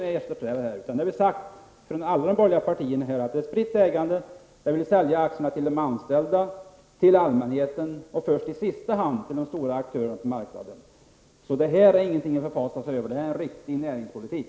Vi från alla borgerliga partier har uttalat att ägandet skall vara spritt, att aktierna skall säljas ut till de anställda, till allmänheten och först i sista hand till de stora aktörerna på marknaden. Detta är ingenting att förfasa sig över. Det är en riktig näringspolitik.